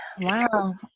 Wow